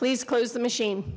please close the machine